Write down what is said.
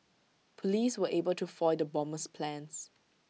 Police were able to foil the bomber's plans